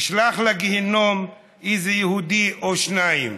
אשלח לגיהינום איזה יהודי או שניים.